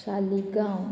Saligao